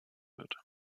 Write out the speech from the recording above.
wird